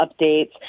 updates